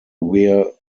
wear